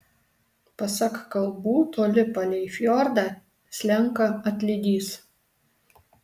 pasak kalbų toli palei fjordą slenka atlydys